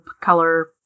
color